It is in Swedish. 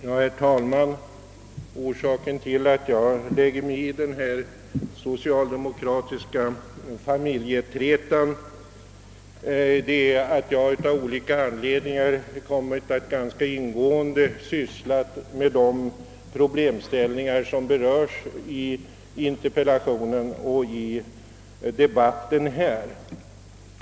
Herr talman! Orsaken till att jag lägger mig i denna socialdemokratiska familjeträta är den att jag av olika anledningar kommit att ganska ingående syssla med de problemställningar som berörts i interpellationen och i debatten här.